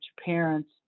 parents